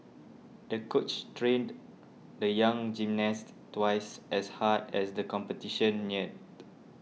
the coach trained the young gymnast twice as hard as the competition neared